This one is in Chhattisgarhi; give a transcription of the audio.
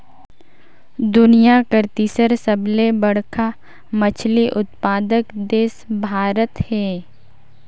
दुनिया कर तीसर सबले बड़खा मछली उत्पादक देश भारत हे